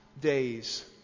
days